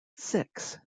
six